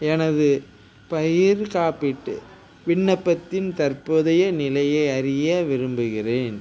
எனது பயிர் காப்பீட்டு விண்ணப்பத்தின் தற்போதைய நிலையை அறிய விரும்புகின்றேன்